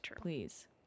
please